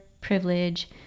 privilege